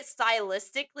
stylistically